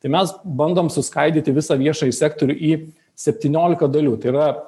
tai mes bandom suskaidyti visą viešąjį sektorių į septyniolika dalių tai yra